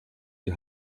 die